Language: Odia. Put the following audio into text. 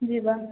ଯିବା